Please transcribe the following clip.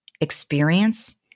experience